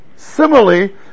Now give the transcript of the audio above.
Similarly